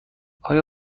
آیا